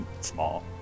small